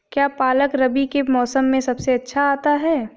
क्या पालक रबी के मौसम में सबसे अच्छा आता है?